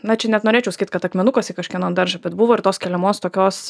na čia net norėčiau sakyt kad akmenukas į kažkieno daržą bet buvo ir tos keliamos tokios